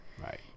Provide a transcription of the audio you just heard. Right